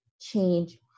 change